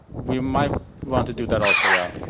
we might want to do that also, yeah,